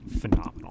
phenomenal